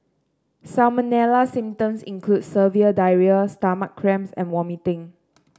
salmonella symptoms include severe diarrhoea stomach cramps and vomiting